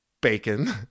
bacon